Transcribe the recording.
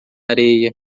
areia